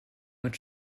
mit